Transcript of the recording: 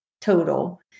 total